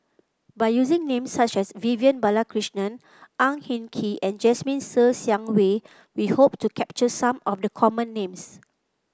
by using names such as Vivian Balakrishnan Ang Hin Kee and Jasmine Ser Xiang Wei we hope to capture some of the common names